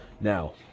Now